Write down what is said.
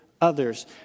others